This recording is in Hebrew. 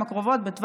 בן 70,